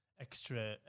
extra